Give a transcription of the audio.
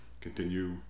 continue